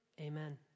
amen